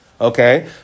Okay